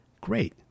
great